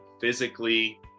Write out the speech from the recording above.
physically